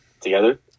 together